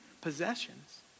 possessions